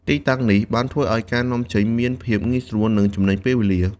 ទីតាំងនេះបានធ្វើឱ្យការនាំចេញមានភាពងាយស្រួល និងចំណេញពេលវេលា។